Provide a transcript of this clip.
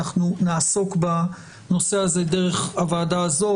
נעסוק בנושא הזה דרך הוועדה הזאת,